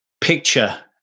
picture